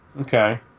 Okay